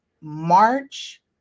March